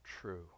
true